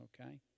Okay